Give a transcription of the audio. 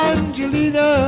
Angelina